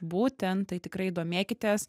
būtent tai tikrai domėkitės